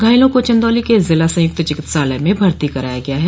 घायलों को चन्दौली के जिला संयुक्त चिकित्सालय में भर्ती कराया गया है